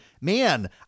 man